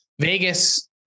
Vegas